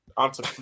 Answer